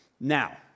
Now